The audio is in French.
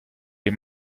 les